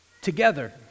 together